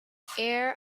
heir